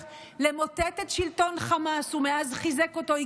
למוטט את שלטון חמאס ומאז חיזק אותו,